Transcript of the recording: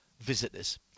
visitors